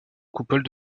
coupole